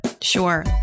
Sure